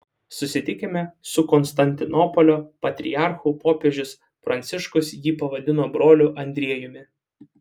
susitikime su konstantinopolio patriarchu popiežius pranciškus jį pavadino broliu andriejumi